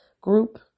group